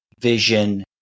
Vision